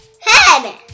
head